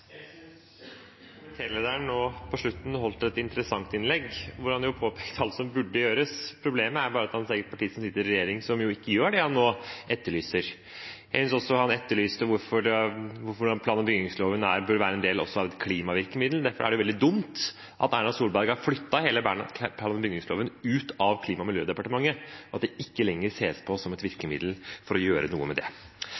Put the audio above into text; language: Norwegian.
Jeg synes komitélederen nå på slutten holdt et interessant innlegg, hvor han påpekte alt som burde gjøres. Problemet er bare at hans eget parti, som sitter i regjering, ikke gjør det han nå etterlyser. Han etterlyste at plan- og bygningsloven bør være en del av et klimavirkemiddel. Derfor er det veldig dumt at Erna Solberg har flyttet hele plan- og bygningsloven ut av Klima- og miljødepartementet, og at det ikke lenger ses på som et